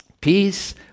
peace